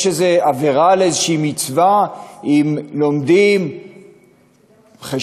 יש איזו עבירה על איזושהי מצווה אם לומדים חשבון,